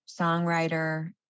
songwriter